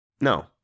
No